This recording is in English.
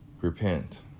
Repent